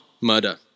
murder